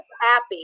happy